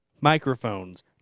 microphones